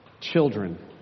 children